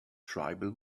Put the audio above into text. tribal